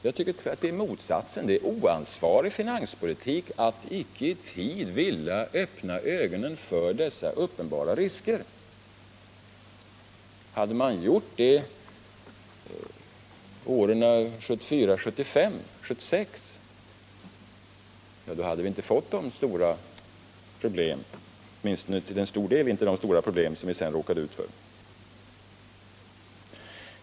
Jag tycker tvärtom att det är en oansvarig finanspolitik att icke i tid vilja öppna ögonen för dessa uppenbara risker. Hade man gjort det under åren 1974, 1975 eller 1976, hade vi åtminstone till stor del inte behövt kämpa med de stora problem som vi sedan råkat ut för.